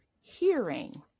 hearing